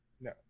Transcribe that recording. no